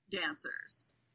dancers